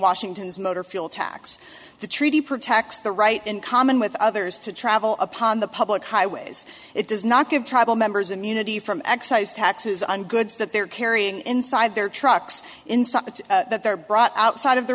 washington's motor fuel tax the treaty protects the right in common with others to travel upon the public highways it does not give tribal members immunity from excise taxes on goods that they're carrying inside their trucks inside but that they're brought outside of the